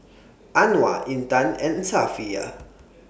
Anuar Intan and Safiya